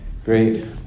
Great